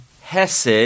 Hesed